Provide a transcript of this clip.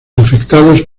afectados